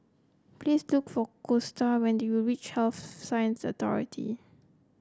please look for Gusta when you reach Health Sciences Authority